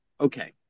okay